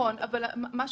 אם אנחנו